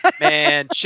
Man